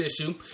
issue